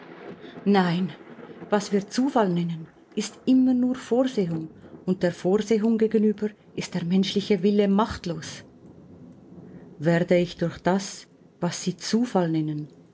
nein was wir zufall nennen ist immer nur vorsehung und der vorsehung gegenüber ist der menschliche wille machtlos werde ich durch das was sie zufall nennen